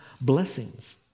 blessings